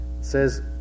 says